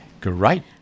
great